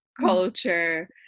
culture